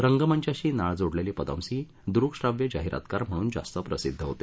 रंगमंचाशी नाळ जोडलेले पदमसी दृक्श्राव्य जाहीरातकार म्हणून जास्त प्रसिद्ध होते